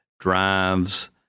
drives